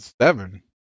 seven